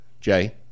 Jay